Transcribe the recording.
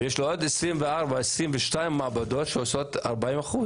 כשיש לו עוד 22-24 מעבדות שעושות 40%,